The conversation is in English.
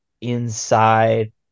inside